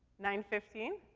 nine fifty.